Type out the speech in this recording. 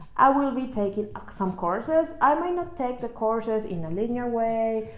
i will be taking a some courses. i might not take the courses in a linear way.